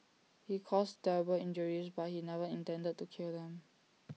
he caused terrible injuries but he never intended to kill them